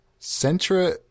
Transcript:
Centra